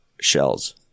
shells